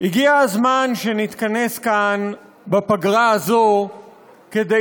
הגיע הזמן שנתכנס כאן בפגרה הזו כדי